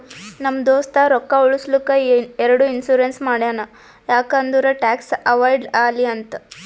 ನಮ್ ದೋಸ್ತ ರೊಕ್ಕಾ ಉಳುಸ್ಲಕ್ ಎರಡು ಇನ್ಸೂರೆನ್ಸ್ ಮಾಡ್ಸ್ಯಾನ್ ಯಾಕ್ ಅಂದುರ್ ಟ್ಯಾಕ್ಸ್ ಅವೈಡ್ ಆಲಿ ಅಂತ್